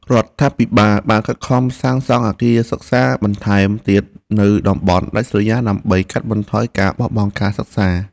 រដ្ឋាភិបាលបានខិតខំសាងសង់អគារសិក្សាបន្ថែមទៀតនៅតំបន់ដាច់ស្រយាលដើម្បីកាត់បន្ថយការបោះបង់ការសិក្សា។